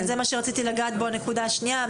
זה מה שרציתי לגעת בו, הנקודה השנייה.